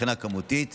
עמרי מירן,